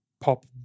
pop